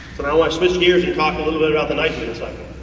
but i want to switch gears and talk a little but about the nitrogen side.